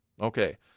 Okay